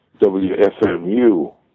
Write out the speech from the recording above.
WFMU